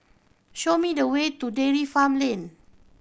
show me the way to Dairy Farm Lane